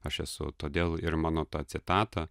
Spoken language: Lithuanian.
aš esu todėl ir mano ta citata